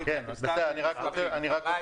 חבר